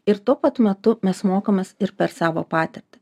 ir tuo pat metu mes mokomės ir per savo patirtį